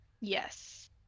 Yes